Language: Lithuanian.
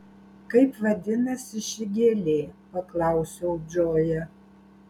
kaip vadinasi ši gėlė paklausiau džoją